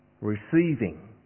receiving